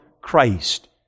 Christ